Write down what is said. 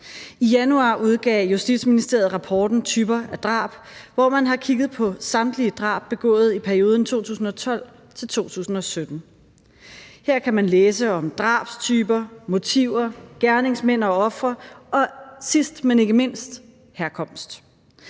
I januar udgav Justitsministeriet rapporten »Typer af drab i Danmark«, hvor man har kigget på samtlige drab begået i perioden 2012-2017. Der kan man læse om drabstyper, motiver, gerningsmænd og ofre og sidst, men ikke mindst, herkomst.